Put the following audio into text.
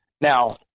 Now